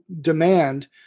demand